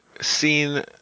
Seen